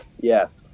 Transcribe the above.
yes